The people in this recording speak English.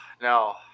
no